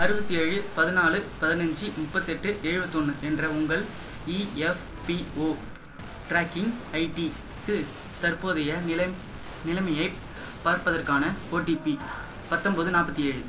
அறுபத்தேழு பதினாலு பதினஞ்சு முப்பத்தெட்டு எழுபத்தொன்னு என்ற உங்கள் இஎஃப்பிஓ ட்ராக்கிங் ஐடி க்கு தற்போதைய நிலை நிலமையை பார்ப்பதற்கான ஓடிபி பத்தம்பது நாற்பத்தி ஏழு